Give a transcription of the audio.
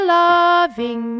loving